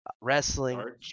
wrestling